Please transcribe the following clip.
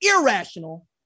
irrational